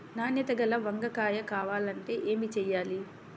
నాణ్యత గల వంగ కాయ కావాలంటే ఏమి చెయ్యాలి?